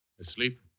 Asleep